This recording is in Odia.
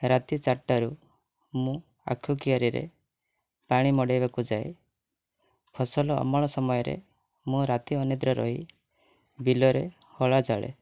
ରାତି ଚାରିଟାରୁ ମୁଁ ଆଖୁ କିଆରିରେ ପାଣି ମଡ଼େଇବାକୁ ଯାଏ ଫସଲ ଅମଳ ସମୟରେ ମୁଁ ରାତି ଅନିଦ୍ରା ରହି ବିଲରେ ହଳ ଚଳାଏ